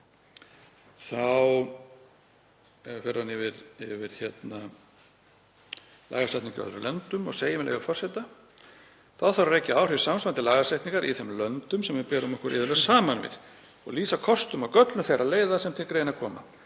Þá fer hann yfir lagasetningu í öðrum löndum og segir, með leyfi forseta: „Þá þarf að rekja áhrif samsvarandi lagasetningar í þeim löndum sem við berum okkur iðulega saman við og lýsa kostum og göllum þeirra leiða sem til greina koma.